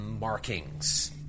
markings